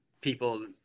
people